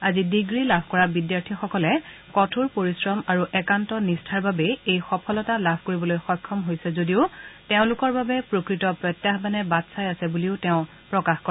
আজি ডিগ্ৰী লাভ কৰা বিদ্যাৰ্থিসকলে কঠোৰ পৰিশ্ৰম আৰু একান্ত নিষ্ঠাৰ বাবেই এই সফলতা লাভ কৰিবলৈ সক্ষম হৈছে যদিও তেওঁলোকৰ বাবে প্ৰকৃত প্ৰত্যায়ানে বাট চাই আছে বুলিও তেওঁ প্ৰকাশ কৰে